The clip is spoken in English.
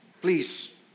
Please